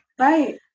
Right